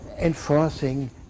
enforcing